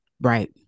Right